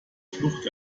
flucht